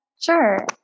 Sure